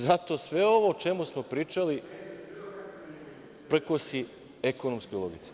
Zato sve ovo o čemu smo pričali prkosi ekonomskoj logici.